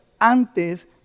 antes